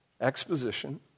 exposition